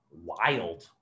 wild